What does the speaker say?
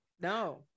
No